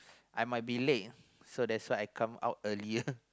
I might be late so that's why I come out earlier